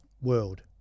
world